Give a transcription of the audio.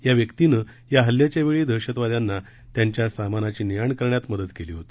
या व्यक्तीनं या हल्ल्याच्या वेळी दहशतवाद्यांना त्यांच्या सामानाची ने आण करण्यात मदत केली होती